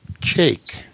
Jake